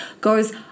goes